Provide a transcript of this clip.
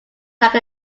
like